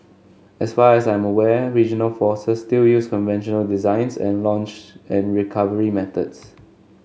as far as I'm aware regional forces still use conventional designs and launch and recovery methods